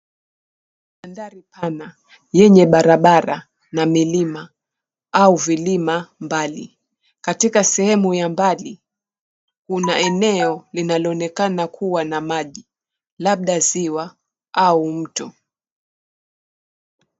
Mandhari pana yenye barabara na milima au vilima mbali. Katika sehemu ya mbali kuna eneo linaloonekana kuwa na maji labda ziwa au mto.